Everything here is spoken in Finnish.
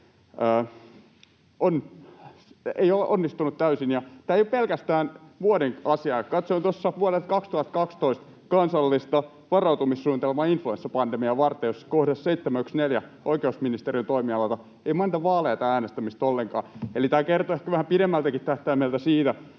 ei ole onnistunut täysin. Ja tämä ei ole pelkästään vuoden asia. Katsoin tuossa vuodelta 2012 kansallista varautumissuunnitelmaa influenssapandemiaa varten, jossa kohdassa 7.1.4 oikeusministeriön toimialalta ei mainita vaaleja tai äänestämistä ollenkaan. Eli tämä kertoo ehkä vähän pidemmälläkin tähtäimellä siitä,